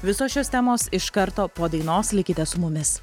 visos šios temos iš karto po dainos likite su mumis